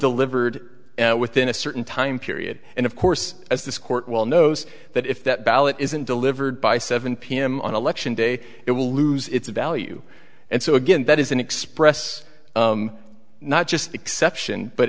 delivered within a certain time period and of course as this court well knows that if that ballot isn't delivered by seven pm on election day it will lose its value and so again that is an express not just exception but